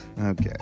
Okay